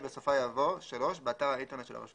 בסופה יבוא: "(3) באתר האינטרנט של הרשות